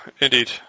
indeed